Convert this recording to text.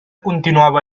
continuava